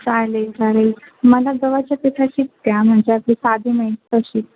चालेल चालेल मला गव्हाच्या पिठाचीच द्या म्हणजे आपली साधी नाही तशी